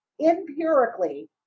empirically